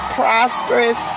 prosperous